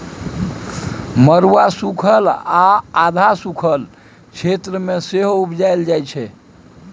मरुआ सुखल आ अधहा सुखल क्षेत्र मे सेहो उपजाएल जाइ छै